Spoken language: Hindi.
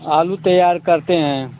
आलू तैयार करते हैं